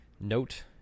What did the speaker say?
note